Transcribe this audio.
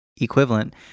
Equivalent